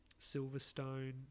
Silverstone